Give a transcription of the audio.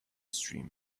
stream